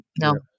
no